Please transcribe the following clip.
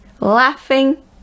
Laughing